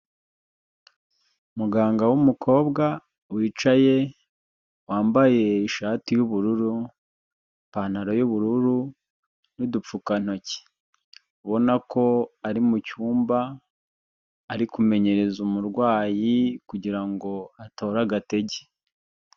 Muganga w'umukobwa wicaye wambaye ishati y'ubururu, ipantaro y'ubururu n'udupfukantoki. Ubona ko ari mu cyumba ari kumenyereza umurwayi kugira ngo atore agatege.